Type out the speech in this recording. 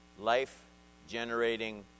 life-generating